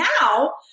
now